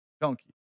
donkey